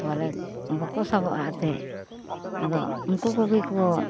ᱵᱚᱞᱮ ᱵᱟᱠᱚ ᱥᱟᱵᱚᱜᱼᱟ ᱮᱱᱛᱮᱫ ᱟᱫᱚ ᱩᱱᱠᱩ ᱠᱚᱜᱮ ᱠᱚ